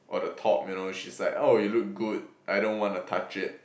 or the top you know she's like oh you look good I don't wanna touch it